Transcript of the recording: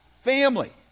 family